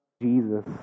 Jesus